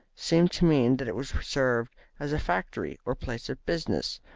seemed to mean that it was reserved as a factory or place of business,